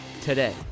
Today